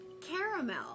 caramel